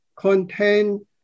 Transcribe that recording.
contain